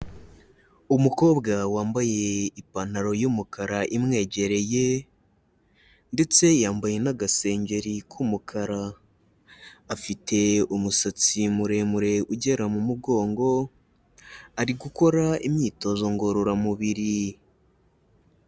Umukobwa wambaye ipantaro y'umukara imwegereye ndetse yambaye n'agasengeri k'umukara, afite umusatsi muremure ugera mu mugongo, ari gukora imyitozo ngororamubiri.